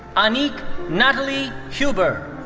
annick nathalie huber.